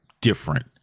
different